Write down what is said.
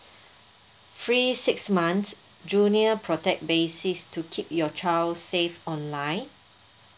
free six months junior protect basis to keep your child safe online